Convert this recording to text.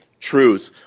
truth